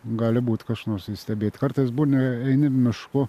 gali būt kas nors ir stebėt kartais būni eini mišku